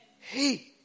Hey